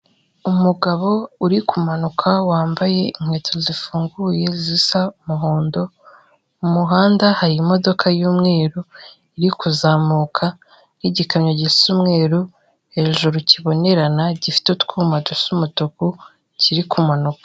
Umugabo uri kumanuka wambaye inkweto zifunguye zisa umuhondo, mu muhanda hari imodoka y'umweru iri kuzamuka, y'igikamyo gisa umweru hejuru kibonerana, gifite utwuma dusa umutuku kiri kumanuka.